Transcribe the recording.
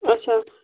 اچھا